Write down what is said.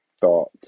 thought